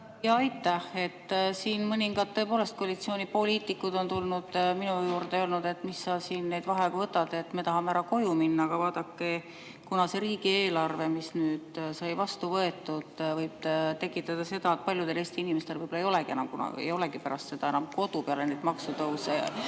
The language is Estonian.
Aitäh! Siin mõningad, tõepoolest, koalitsioonipoliitikud on tulnud minu juurde ja öelnud, et mis sa siin neid vaheaegu võtad, me tahame ära koju minna. Aga vaadake, kuna riigieelarve, mis nüüd sai vastu võetud, võib tekitada seda, et paljudel Eesti inimestel võib-olla ei olegi enam kodu (Naer saalis.